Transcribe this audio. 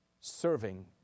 serving